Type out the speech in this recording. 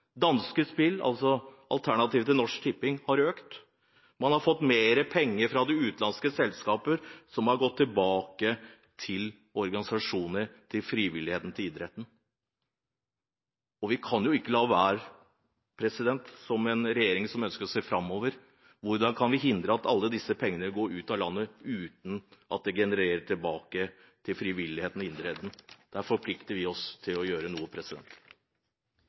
Danske Spil, alternativet til Norsk Tipping, har økt. Man har fått mer penger fra utenlandske selskaper som har gått tilbake til organisasjoner – til frivilligheten og idretten. Vi kan jo ikke la være, og som regjering som ønsker å se framover, hvordan kan vi hindre at alle disse pengene går ut av landet uten at det genererer noe tilbake til frivilligheten og idretten? Der forplikter vi oss til å gjøre noe.